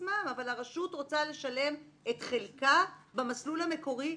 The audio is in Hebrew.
עצמם אבל הרשות רוצה לשלם את חלקה לפחות במסלול המקורי.